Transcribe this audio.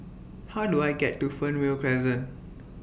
How Do I get to Fernvale Crescent